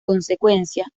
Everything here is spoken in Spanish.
consecuencia